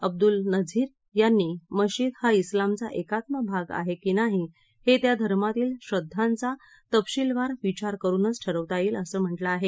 अब्दूल नझीर यांनी मशीद हा उिलामचा एकात्म भाग आहे की नाही हे त्या धर्मातील श्रद्धांचा तपशीलवार विचार करुनच ठरवता येईल असं म्हटलं आहे